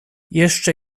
jeszcze